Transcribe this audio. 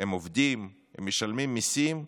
הם עובדים, הם משלמים מיסים,